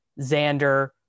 Xander